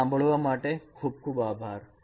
તમારા સાંભળવા માટે ખૂબ ખૂબ આભાર